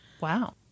Wow